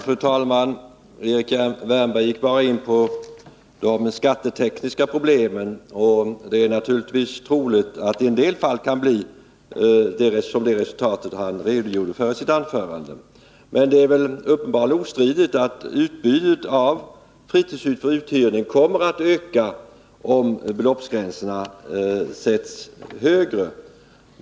Fru talman! Erik Wärnberg gick bara in på de skattetekniska problemen, och det är naturligtvis troligt att det i en del fall kan bli det resultat som han redogjorde för i sitt anförande. Men det är väl uppenbart ostridigt att utbudet av fritidshus för uthyrning kommer att öka, om beloppsgränsen sätts högre.